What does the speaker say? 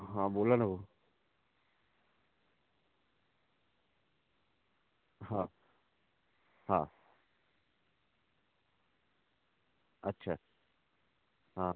हा बोला ना भाऊ हा हा अच्छा हा